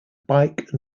bike